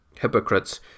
Hypocrites